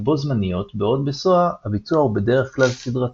בו זמניות בעוד ב SOA הביצוע הוא בדרך כלל סדרתי.